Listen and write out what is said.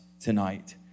tonight